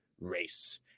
race